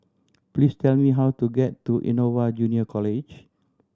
please tell me how to get to Innova Junior College